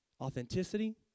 authenticity